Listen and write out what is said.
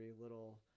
little